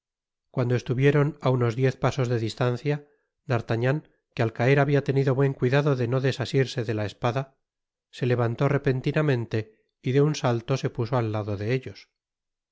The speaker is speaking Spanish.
cuando estuvieron á unos diez pasos de distancia d'artagnan que al caer habia tenido buen cuidado de no desasirse de la espada se levantó repentinamente y de un salto se puso al lado de ellos